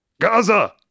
Gaza